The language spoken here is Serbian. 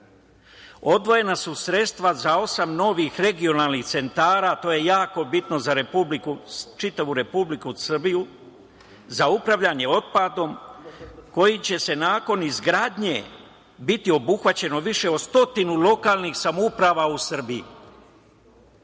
Odvojena su sredstva za osam novih regionalnih centara, a to je jako bitno za čitavu Republiku Srbiju, za upravljanje otpadom kojim će nakon izgradnje biti obuhvaćeno više od stotinu lokalnih samouprava u